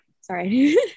Sorry